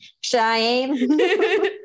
Cheyenne